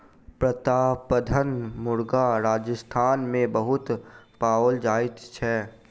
प्रतापधन मुर्ग राजस्थान मे बहुत पाओल जाइत छै